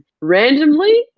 randomly